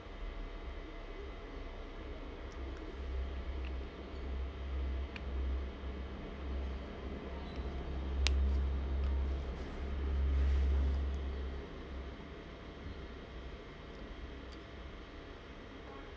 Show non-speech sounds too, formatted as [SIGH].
[NOISE]